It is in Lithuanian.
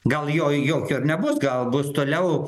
gal jo jokio ir nebus gal bus toliau